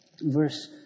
verse